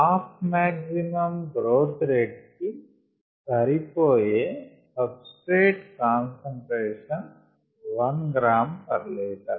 half maximum growth rate కి సరిపోయే substrate concentration 1 gram per liter